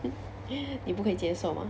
你不可以接受吗